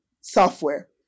software